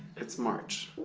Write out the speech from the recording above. it's march.